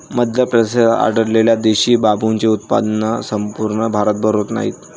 मध्य प्रदेशात आढळलेल्या देशी बांबूचे उत्पन्न संपूर्ण भारतभर होत नाही